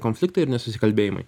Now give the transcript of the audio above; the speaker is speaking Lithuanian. konfliktai ir nesusikalbėjimai